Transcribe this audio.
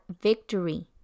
victory